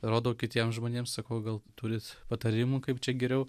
rodau kitiems žmonėms sakau turite patarimų kaip čia geriau